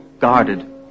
guarded